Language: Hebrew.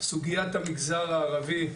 סוגיית המגזר הערבי,